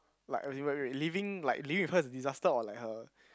like as in wait wait living like living with her is a disaster or like her